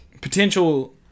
potential